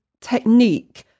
technique